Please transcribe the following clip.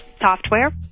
software